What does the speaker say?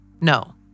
No